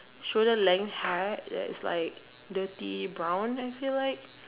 shoulder length height just is like dirty brown I feel like